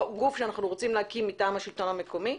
גוף שאנחנו רוצים להקים מטעם השלטון המקומי,